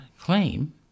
claim